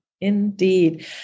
Indeed